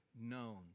known